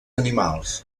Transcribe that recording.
animals